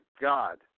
God